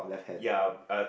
ya um